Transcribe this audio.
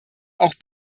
auch